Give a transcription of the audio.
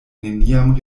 neniam